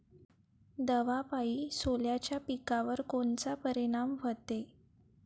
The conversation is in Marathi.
दवापायी सोल्याच्या पिकावर कोनचा परिनाम व्हते?